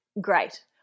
great